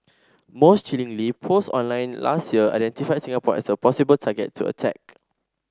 most chillingly posts online last year identified Singapore as a possible target to attack